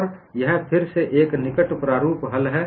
और यह फिर से एक निकट प्रारूप हल है